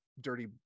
dirty